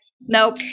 nope